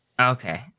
Okay